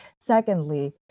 secondly